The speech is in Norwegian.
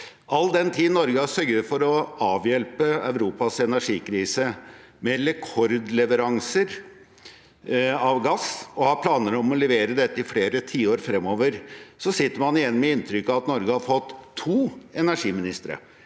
All den tid Norge har sørget for å avhjelpe Europas energikrise med rekordleveranser av gass, og har planer om å levere dette i flere tiår framover, sitter man igjen med et inntrykk av at Norge har fått to energiministre: